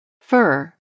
Fur